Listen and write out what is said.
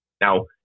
Now